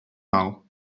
now